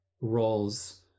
roles